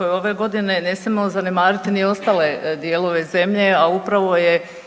ove godine ne smijemo zanemariti ni ostale dijelove zemlje, a upravo je